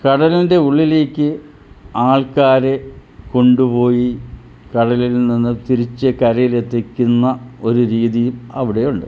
കടലിൻ്റെ ഉള്ളിലേക്ക് ആൾക്കാരെ കൊണ്ടുപോയി കടലിൽ നിന്ന് തിരിച്ച് കരയിലെത്തിക്കുന്ന ഒരു രീതിയും അവിടെയുണ്ട്